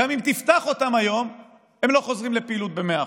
וגם אם תפתח אותם היום הם לא חוזרים לפעילות ב-100%.